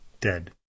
dead